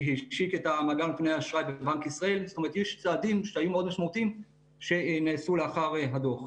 יש צעדים מאוד משמעותיים שנעשו לאחר הדוח.